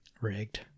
Rigged